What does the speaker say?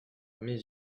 mes